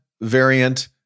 variant